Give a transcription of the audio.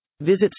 Visit